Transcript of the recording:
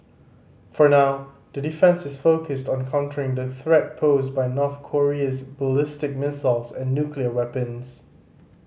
for now that defence is focused on countering the threat posed by North Korean ballistic missiles and nuclear weapons